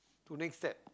to next step